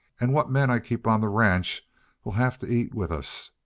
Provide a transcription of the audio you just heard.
and what men i keep on the ranch will have to eat with us.